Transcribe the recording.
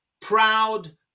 proud